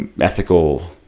ethical